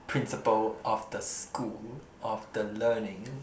principal of the school of the learning